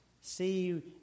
See